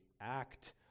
act